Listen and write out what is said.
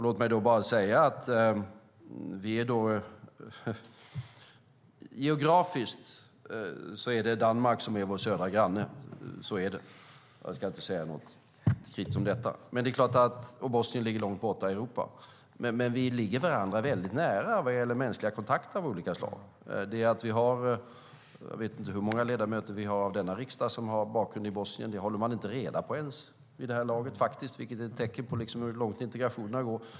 Låt mig säga att det geografiskt är Danmark som är vår södra granne - så är det - och Bosnien ligger långt borta i Europa. Men vi ligger ändå varandra väldigt nära när det gäller mänskliga kontakter av olika slag. Jag vet inte hur många ledamöter av denna riksdag som har bakgrund i Bosnien. Det håller man vid det här laget inte ens reda på, vilket är ett tecken på hur långt integrationen har gått.